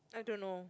I don't know